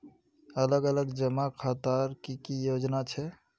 अलग अलग जमा खातार की की योजना छे?